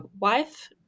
wife